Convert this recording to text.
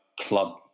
club